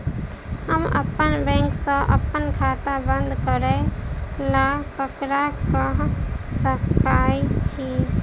हम अप्पन बैंक सऽ अप्पन खाता बंद करै ला ककरा केह सकाई छी?